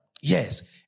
Yes